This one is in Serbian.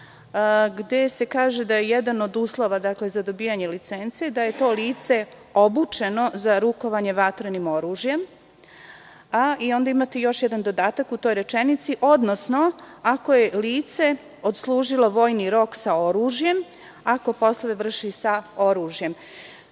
gde se kaže da je jedan od uslova za dobijanje licence da je to lice obučeno za rukovanje vatrenim oružjem i onda imate još jedan dodatak u toj rečenici – odnosno ako je lice odslužilo vojni rok sa oružjem, ako poslove vrši sa oružjem. Dakle,